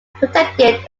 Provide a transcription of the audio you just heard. protected